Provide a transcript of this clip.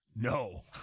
No